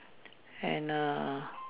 and err